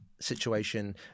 situation